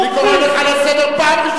הוא איים על